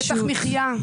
שטח מחייה.